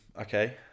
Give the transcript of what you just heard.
Okay